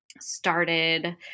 started